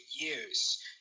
years